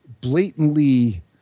blatantly